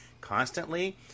constantly